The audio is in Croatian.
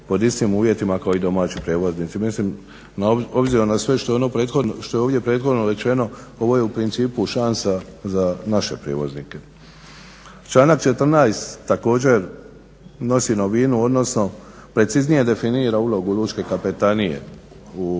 uvjetima kao i domaći prijevoznici. Mislim, obzirom na sve što je ovdje prethodno rečeno, ovo je u principu šansa za naše prijevoznike. Članak 14. također nosi novinu, odnosno preciznije definira ulogu lučke kapetanije u